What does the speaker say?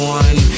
one